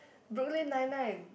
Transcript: Brooklyn Nine Nine